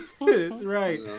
Right